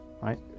right